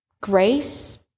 Grace